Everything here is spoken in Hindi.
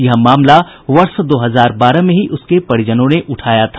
यह मामला वर्ष दो हजार बारह में ही उसके परिजनों ने उठाया था